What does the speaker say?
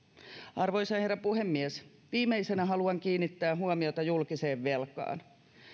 arvoisa herra puhemies viimeisenä haluan kiinnittää huomiota julkiseen velkaan